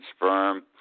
firm